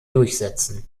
durchsetzen